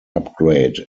upgrade